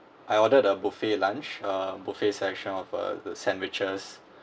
I ordered a buffet lunch uh buffet selection of uh the sandwiches